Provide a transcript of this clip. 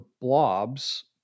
blobs